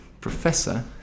Professor